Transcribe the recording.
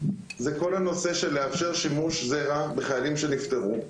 זה כל הנושא של לאפשר שימוש זרע בחיילים שנפטרו.